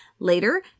Later